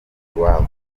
iwabo